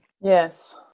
Yes